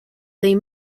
they